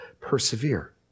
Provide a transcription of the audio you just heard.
persevere